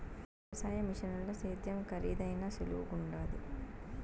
వ్యవసాయ మిషనుల సేద్యం కరీదైనా సులువుగుండాది